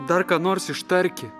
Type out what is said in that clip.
dar ką nors ištarki